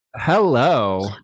hello